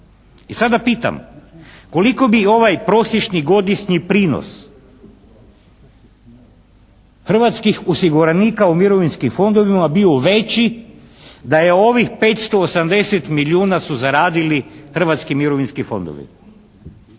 I sada pitam, koliko bi ovaj prosječni godišnji prinos hrvatskih osiguranika u mirovinskim fondovima bio veći, da je ovih 580 milijuna su zaradili Hrvatski mirovinski fondovi?